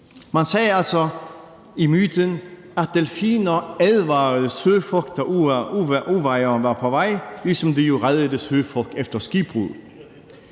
Myten sagde altså, at delfiner advarede søfolk, når uvejr var på vej, ligesom de jo reddede søfolk efter skibbrud.